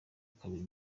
kabiri